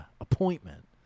appointment